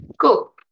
Cool